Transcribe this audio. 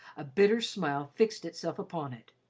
a bitter smile fixed itself upon it.